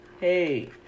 Hey